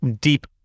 deep